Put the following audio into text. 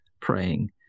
praying